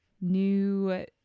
new